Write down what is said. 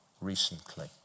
recently